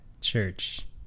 church